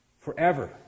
forever